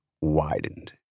widened